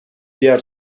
diğer